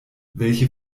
welche